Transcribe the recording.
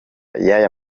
y’aya